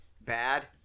bad